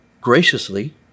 graciously